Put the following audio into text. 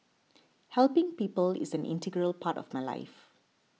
helping people is an integral part of my life